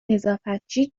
نظافتچی